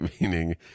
meaning